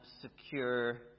secure